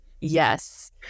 yes